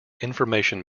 information